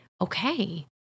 okay